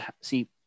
see